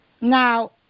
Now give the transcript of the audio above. now